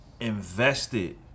invested